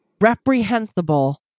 reprehensible